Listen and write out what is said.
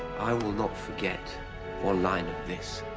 i will not forget one line of this.